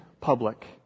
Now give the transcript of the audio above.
public